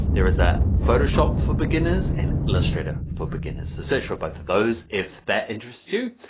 there is a photoshop for beginners, and illustrator for beginners. search for both of those, if that interests you.